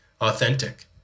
authentic